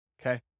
Okay